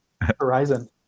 Horizon